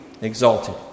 exalted